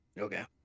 Okay